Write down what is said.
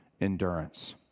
Endurance